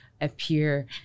appear